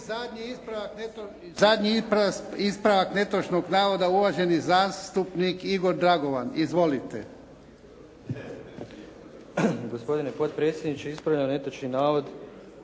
zadnji ispravak netočnog navoda uvaženi zastupnik Igor Dragovan. Izvolite.